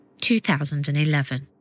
2011